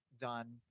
done